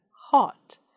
hot